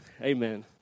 Amen